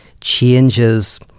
changes